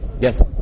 yes